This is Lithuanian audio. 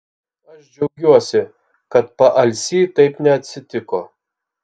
aš džiaugiuosi kad paalsy taip neatsitiko